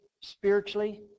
spiritually